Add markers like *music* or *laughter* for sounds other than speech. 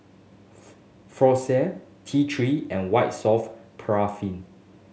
*unintelligible* Floxia T Three and White Soft Paraffin